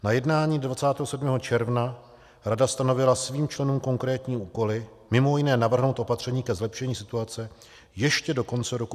Na jednání 27. června rada stanovila svým členům konkrétní úkoly, mimo jiné navrhnout opatření ke zlepšení situace ještě do konce roku 2020.